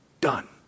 done